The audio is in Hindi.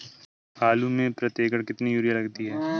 आलू में प्रति एकण कितनी यूरिया लगती है?